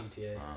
GTA